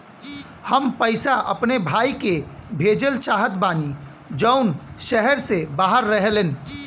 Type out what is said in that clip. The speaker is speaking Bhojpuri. हम पैसा अपने भाई के भेजल चाहत बानी जौन शहर से बाहर रहेलन